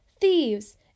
Thieves